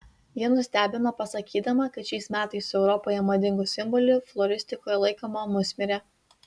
ji nustebino pasakydama kad šiais metais europoje madingu simboliu floristikoje laikoma musmirė